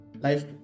life